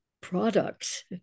products